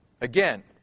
again